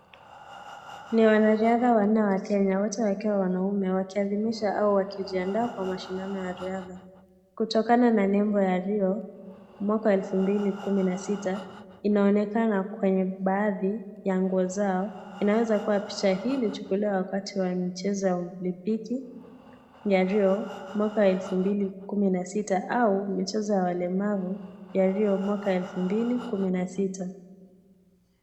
Ni wanariadha wanne wa Kenya ,ambao ni wanaume , wakiadhimisha au wakijiandaa kwa mashindano ya riadha . Kutokana na nembo ya Rio ,mwaka wa 2016 , inaonekana katika baadhi ya nguo zao . Inaweza kuwa picha hii ilichukuliwa wakati wa michezo ya olimpiki ya Rio ,mwaka wa 2016, au michezo ya walemavu ya Rio , mwaka 2016.